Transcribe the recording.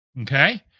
Okay